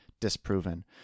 disproven